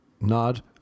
nod